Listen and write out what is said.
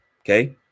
okay